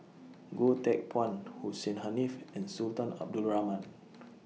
Goh Teck Phuan Hussein Haniff and Sultan Abdul Rahman